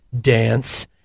dance